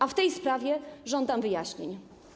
A w tej sprawie żądam wyjaśnień.